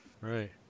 right